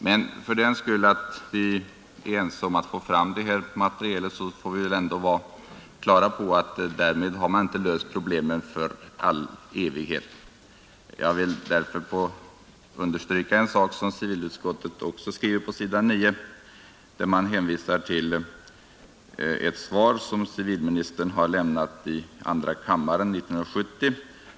Men även om vi är ense om att få fram detta material, får vi väl ändå vara på det klara med att man därmed inte har löst problemen för all evighet. Jag vill därför understryka något som civilutskottet också skriver på s. 9. Man hänvisar där till det svar som civilministern har lämnat i andra kammaren 1970.